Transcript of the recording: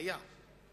היה,